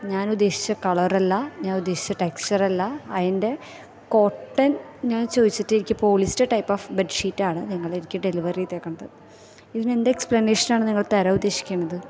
ഞാനുദേശിച്ച കളറല്ല ഞാന് ഉദേശിച്ച ടെക്സ്ച്ചറല്ല അതിന്റെ കോട്ടണ് ഞാന് ചോദിച്ചിട്ട് എനിക്ക് പൊളിസ്റ്റര് ടൈപ്പ് ഓഫ് ബെഡ്ഷീറ്റാണ് നിങ്ങളെനിക്ക് ഡെലിവറ് ചെയ്തേക്കണത് ഇതിനെന്തെക്സ്പ്ലനേഷനാണ് നിങ്ങള് തരാ ഉദേശിക്കണത്